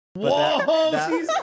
Whoa